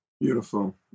Beautiful